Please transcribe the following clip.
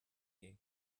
you